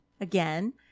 again